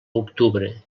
octubre